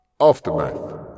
Aftermath